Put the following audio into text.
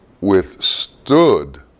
withstood